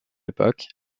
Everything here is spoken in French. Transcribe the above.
époque